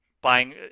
buying